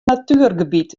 natuergebiet